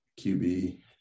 QB